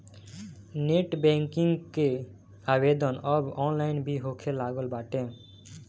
net banking कअ आवेदन अब ऑनलाइन भी होखे लागल बाटे